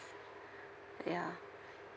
ya